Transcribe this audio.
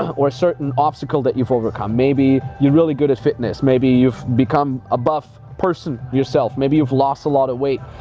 or a certain obstacles that you've overcome. maybe you're really good at fitness, maybe you've become a buff person yourself, maybe you've lost a lot of weight.